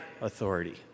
authority